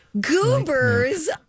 Goobers